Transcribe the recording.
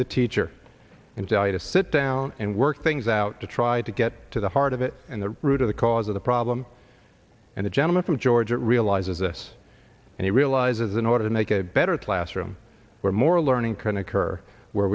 the teacher and tell you to sit down and work things out to try to get to the heart of it and the root of the cause of the problem and the gentleman from georgia eliza's this and he realizes in order to make a better classroom where more learning can occur where